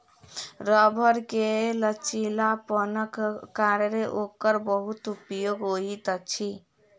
रबड़ के लचीलापनक कारणेँ ओकर बहुत उपयोग होइत अछि